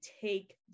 take